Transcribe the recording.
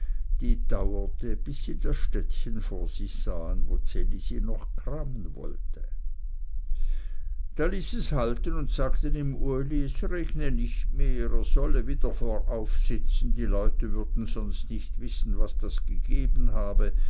die dauerte bis sie das städtchen vor sich sahen wo ds elisi noch kramen wollte da ließ es halten und sagte dem uli es regne nicht mehr er solle wieder voraufsitzen die leute würden sonst nicht wissen was das gegeben habe